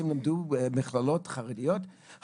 מכללות חרדיות,